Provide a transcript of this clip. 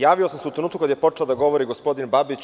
Javio sam se u trenutku kada je počeo da govori gospodin Babić.